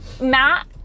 Matt